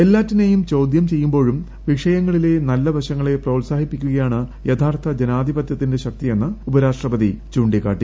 എല്ലാറ്റിനെയും ചോദ്യം ചെയ്യുമ്പോഴും വിഷയങ്ങളിലെ നല്ല വശങ്ങളെ പ്രോത്സാഹിപ്പിക്കുകയാണ് യഥാർത്ഥ ജനാധിപത്യത്തിന്റെ ശക്തിയെന്ന് ഉപരാഷ്ട്രപതി ചൂണ്ടികാട്ടി